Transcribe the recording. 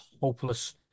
Hopeless